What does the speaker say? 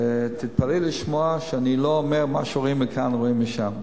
ותתפלאי לשמוע שאני לא אומר: מה שרואים מכאן לא רואים משם.